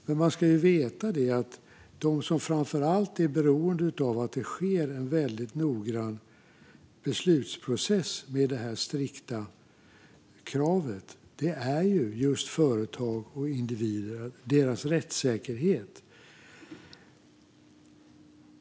Men man ska veta att de som framför allt är beroende av att det sker en väldigt noggrann beslutsprocess med detta strikta krav är just företag och individer. Det gäller deras rättssäkerhet.